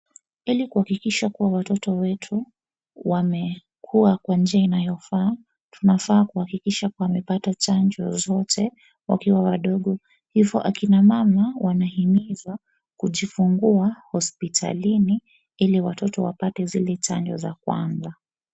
Ili kuhakikisha kuwa watoto wetu wamekua kwa njia inayofaa, tunafaa kuhakikisha kuwa wamepata chanjo zote wakiwa wadogo. Hivo akina mama wanahimizwa kujifungua hospitalini ili watoto wapate zile chanjo za kwanza.